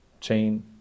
chain